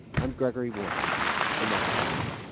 i'm gregory warner for marketplace